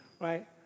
Right